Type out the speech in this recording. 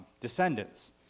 descendants